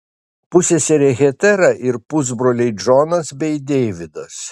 pusseserė hetera ir pusbroliai džonas bei deividas